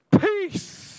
Peace